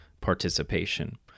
participation